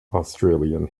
australian